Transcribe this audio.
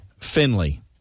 Finley